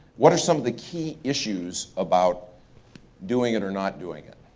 what are some of the key issues about doing it or not doing it?